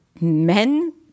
men